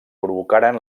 provocaren